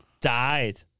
died